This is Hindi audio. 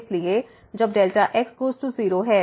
इसलिए जब xगोज़ टू 0 है